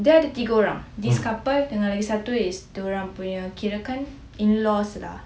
dia ada tiga orang this couple dengan lagi satu diorang punya kirakan in-laws lah